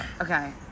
Okay